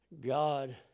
God